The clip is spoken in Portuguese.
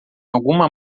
alguma